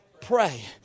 pray